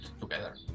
together